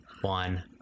one